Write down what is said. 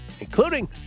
including